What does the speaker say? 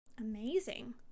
Amazing